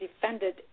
defended